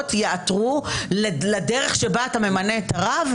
ייעתרו לדרך שבה אתה ממנה את הרב,